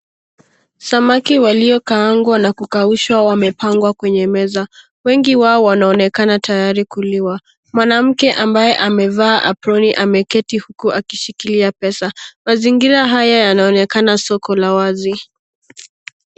Samaki waliokaangwa na kukaushwa wamepangwa kwenye meza. Wengi wao wananonekana tayari kuliwa. Mwanamke ambaye amevaa aproni ameketi huku akishikilia pesa. Mazingira haya yanaonekana soko la wazi.